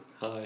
Hi